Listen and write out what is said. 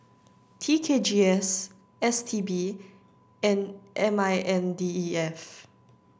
T K G S S T B and M I N D E F